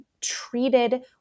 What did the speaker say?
treated